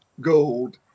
gold